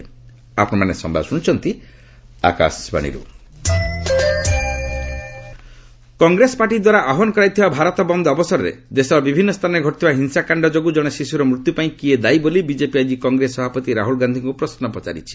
lead Bharat bandh Congress party ଦ୍ୱାରା ଆହ୍ୱାନ କରାଯାଇଥିବା ଭାରତ ବନ୍ଦ ଅବସରରେ ଦେଶର ବିଭିନ୍ନ ସ୍ଥାନରେ ଘଟିଥିବା ହିଂସାକାଣ୍ଡ ଯୋଗୁଁ ଜଣେ ଶିଶୁର ମୃତ୍ୟୁ ପାଇଁ କିଏ ଦାୟୀ ବୋଲି ବିଜେପି ଆଜି କଂଗ୍ରେସ ସଭାପତି ରାହୁଳ ଗାନ୍ଧୀଙ୍କୁ ପ୍ରଶ୍ନ ପଚାରିଛି